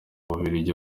bubiligi